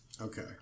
Okay